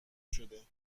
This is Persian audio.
شده